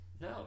No